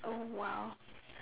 oh !wow!